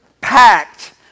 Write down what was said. packed